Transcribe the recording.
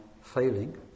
failing